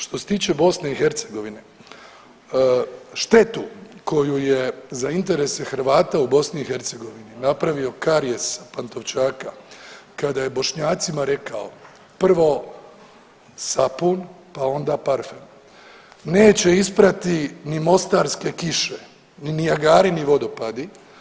Što se tiče BiH štetu koju je za interese Hrvata u BiH napravio karijes Pantovčaka kada je Bošnjacima rekao prvo sapun, pa onda parfem, neće isprati ni mostarske kiše, ni Nijagarini vodopadi.